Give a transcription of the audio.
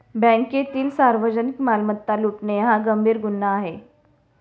बँकेतील सार्वजनिक मालमत्ता लुटणे हा गंभीर गुन्हा आहे